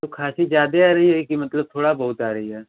तो खाँसी ज़्यादा आ रही कि मतलब थोड़ी बहुत आ रही है